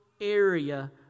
area